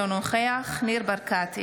אינו נוכח ניר ברקת,